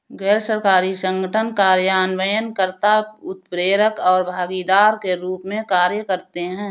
गैर सरकारी संगठन कार्यान्वयन कर्ता, उत्प्रेरक और भागीदार के रूप में कार्य करते हैं